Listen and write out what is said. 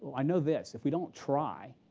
i know this if we don't try,